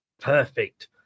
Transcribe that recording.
Perfect